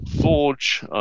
Forge